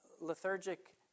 lethargic